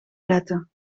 letten